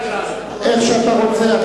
איך שאתה רוצה.